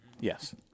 Yes